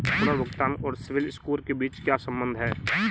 पुनर्भुगतान और सिबिल स्कोर के बीच क्या संबंध है?